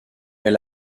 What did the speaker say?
est